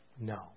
No